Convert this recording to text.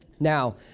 Now